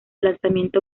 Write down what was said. lanzamiento